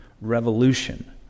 revolution